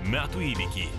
metų įvykį